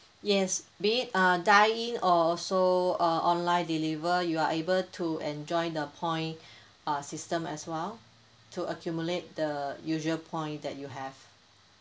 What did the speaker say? yes be it uh dine in or so uh online deliver you are able to enjoy the point uh system as well to accumulate the usual point that you have